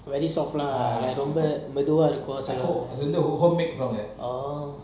ரொம்ப மெதுவா இருக்கும்:romba methuva irukum